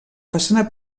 façana